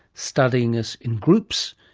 studying us in groups,